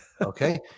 Okay